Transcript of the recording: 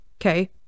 Okay